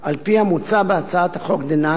על-פי המוצע בהצעת החוק דנן,